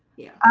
yeah